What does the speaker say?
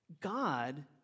God